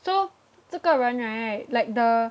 so 这个人 right like the